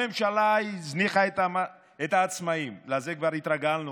הממשלה הזניחה את העצמאים, לזה כבר התרגלנו,